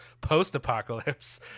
post-apocalypse